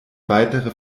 weitere